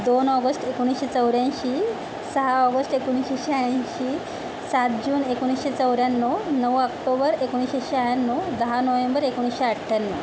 दोन ऑगस्ट एकोणिसशे चौऱ्याऐंशी सहा ऑगस्ट एकोणिसशे शहाऐंशी सात जून एकोणिसशे चौऱ्याण्णव नऊ आक्टोबर एकोणिसशे शहाण्णव दहा नोएंबर एकोणिसशे अठ्ठ्याण्णव